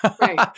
Right